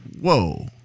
whoa